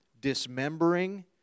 dismembering